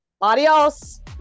Adios